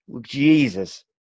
Jesus